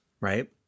Right